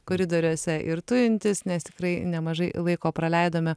koridoriuose ir tujintis nes tikrai nemažai laiko praleidome